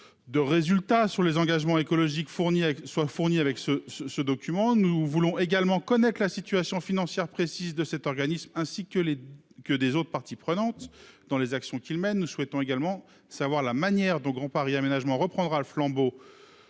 De résultats sur les engagements écologiques fournis avec soit fourni avec ce ce ce document. Nous voulons également connaître la situation financière précise de cet organisme ainsi que les que des autres parties prenantes dans les actions qu'il mène souhaitant également savoir la manière dont Grand Paris Aménagement reprendra le flambeau.